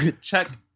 Check